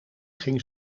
ging